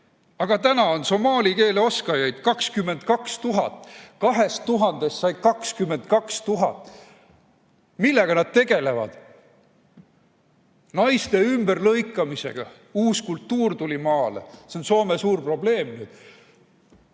aga täna on somaali keele oskajaid 22 000. Kahest tuhandest sai 22 000. Millega nad tegelevad? Naiste ümberlõikamisega. Uus kultuur tuli maale. See on Soomes suur probleem nüüd.